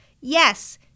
Yes